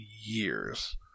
years